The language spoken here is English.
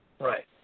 Right